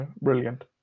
brilliant